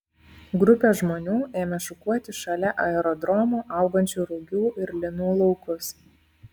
grupė žmonių ėmė šukuoti šalia aerodromo augančių rugių ir linų laukus